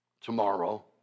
tomorrow